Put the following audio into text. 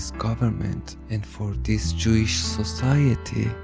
government. and for this jewish society.